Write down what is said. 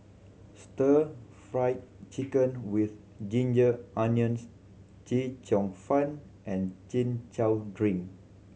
Stir Fried Chicken With Ginger Onions Chee Cheong Fun and Chin Chow drink